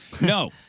No